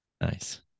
Nice